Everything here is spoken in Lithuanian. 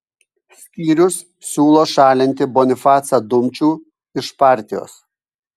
skyrius siūlo šalinti bonifacą dumčių iš partijos